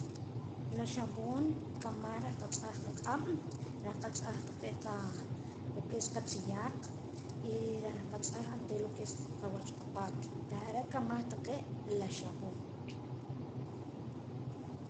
La xapoon nkamaj rejh tz'ahra q'aab' reh qatz'aj taqee' lo que es qatziyaq y reh qatz'aj lo que es wach qapaat reh are' nkamaj taqee' la xapoon.